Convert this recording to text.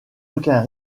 aucun